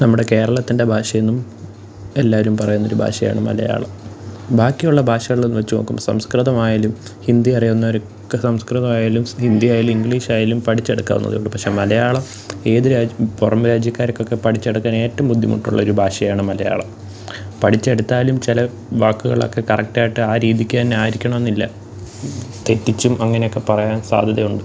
നമ്മുടെ കേരളത്തിന്റെ ഭാഷയെന്നും എല്ലാവരും പറയുന്ന ഒരു ഭാഷയാണ് മലയാളം ബാക്കിയുള്ള ഭാഷകൾ വച്ചു നോക്കുമ്പം സംസ്കൃതം ആയാലും ഹിന്ദി അറിയാവുന്നവർക്ക് സംസ്കൃതമായാലും ഹിന്ദി ആയാലും ഇംഗ്ളീഷ് ആയാലും പഠിച്ചെടുക്കാവുന്നതേ ഉള്ളു പക്ഷേ മലയാളം ഏത് പുറം രാജ്യക്കാർക്ക് ഒക്കെ പഠിച്ചെടുക്കാൻ ഏറ്റവും ബുദ്ധിമുട്ടുള്ള ഒരു ഭാഷയാണ് മലയാളം പഠിച്ചെടുത്താലും ചില വാക്കുകളൊക്കെ കറക്റ്റ് ആായിട്ട് ആ രീതിക്ക് തന്നെ ആയിരിക്കണം എന്നില്ല തെറ്റിച്ചും അങ്ങനെയൊക്കെ പറയാൻ സാധ്യതയുണ്ട്